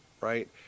right